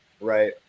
right